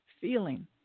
feeling